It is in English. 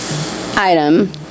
Item